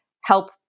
help